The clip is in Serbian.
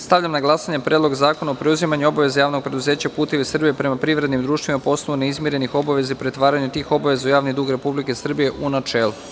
Stavljam na glasanje Predlog zakona o preuzimanju obaveza Javnog preduzeća "Putevi Srbije" prema privrednim društvima po osnovu neizmirenih obaveza i pretvaranja tih obaveza u javni dug Republike Srbije, u načelu.